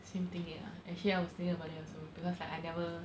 same thing eh actually I was thinking about that also because like I never